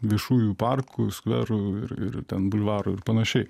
viešųjų parkų skverų ir ir ten bulvarų ir panašiai